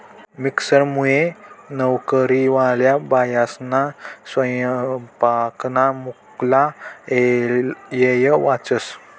मिक्सरमुये नवकरीवाल्या बायास्ना सैपाकना मुक्ला येय वाचस